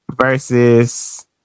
Versus